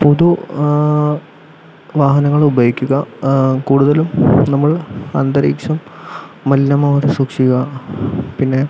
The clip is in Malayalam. പൊതു വാഹനങ്ങൾ ഉപയോഗിക്കുക കൂടുതലും നമ്മൾ അന്തരീക്ഷം മലിനമാകാതെ സൂക്ഷിക്കുക പിന്നെ